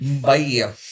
Bye